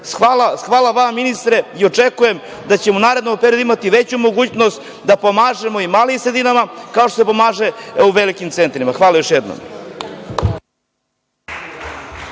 Hvala vama, ministre, i očekujem da ćemo u narednom periodu imati veću mogućnost da pomažemo malim sredinama, kao što se pomaže velikim centrima. Hvala još jednom.